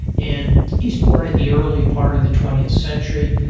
and he's born in the early part of the twentieth century.